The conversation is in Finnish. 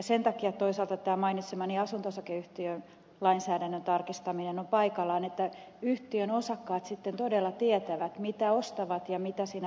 sen takia toisaalta tämä mainitsemani asunto osakeyhtiölainsäädännön tarkistaminen on paikallaan että yhtiön osakkaat sitten todella tietävät mitä ostavat ja mitä siinä paketissa kulkee mukana